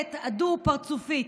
מאילת הדו-פרצופית.